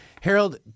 harold